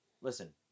Listen